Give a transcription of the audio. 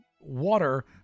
Water